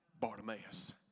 Bartimaeus